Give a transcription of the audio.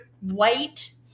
white